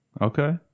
Okay